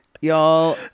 Y'all